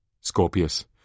Scorpius